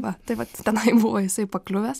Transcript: va tai va tenai buvo jisai pakliuvęs